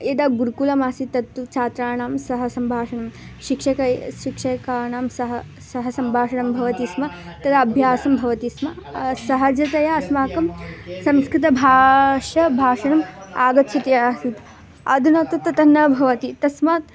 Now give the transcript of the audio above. यदा गुरुकुलम् आसीत् तत्तु छात्राणां सह सम्भाषणं शिक्षकैः शिक्षकाणां सह सह सम्भाषणं भवति स्म तदा अभ्यासं भवति स्म सहजतया अस्माकं संस्कृतभाषा भाषणम् आगच्छति आसीत् अधुना तु तत् न भवति तस्मात्